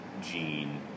gene